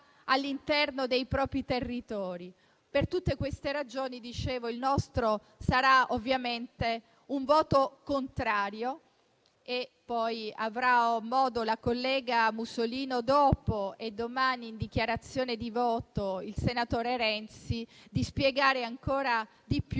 all'interno dei propri territori. Per tutte queste ragioni, il nostro sarà ovviamente un voto contrario. La collega Musolino dopo e domani in dichiarazione di voto il senatore Renzi avranno modo di